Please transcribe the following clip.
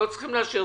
לא צריכים לאשר.